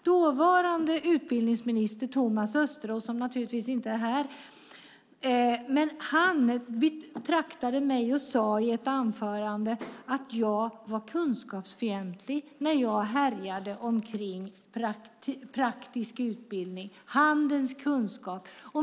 Dåvarande utbildningsminister Thomas Östros, som naturligtvis inte är här nu, betraktade mig och sade i ett anförande att jag var kunskapsfientlig när jag härjade om praktisk utbildning och handens kunskap.